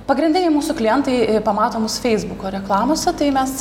pagrindiniai mūsų klientai pamato mus feisbuko reklamose tai mes